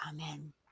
Amen